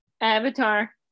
Avatar